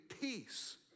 peace